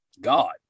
God